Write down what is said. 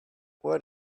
what